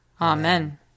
Amen